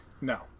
No